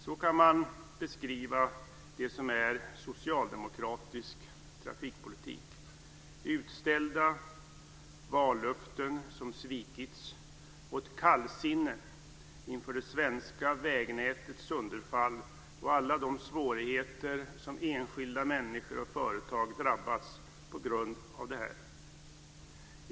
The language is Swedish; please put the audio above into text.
Så kan man beskriva det som är socialdemokratisk trafikpolitik: Utställda vallöften som svikits och ett kallsinne inför det svenska vägnätets sönderfall och alla de svårigheter som enskilda människor och företag drabbats av på grund av detta.